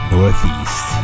Northeast